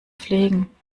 pflegen